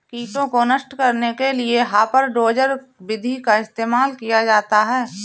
कीटों को नष्ट करने के लिए हापर डोजर विधि का इस्तेमाल किया जाता है